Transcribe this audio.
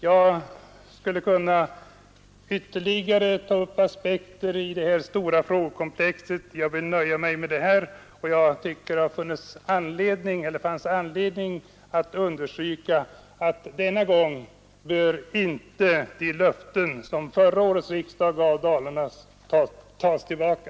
Jag skulle kunna ta upp ytterligare aspekter i detta stora frågekomplex, men jag vill nöja mig med det sagda. Jag tyckte emellertid att det fanns anledning att understryka, att det denna gång inte får bli så att de löften som förra årets riksdag gav till Dalarna tas tillbaka.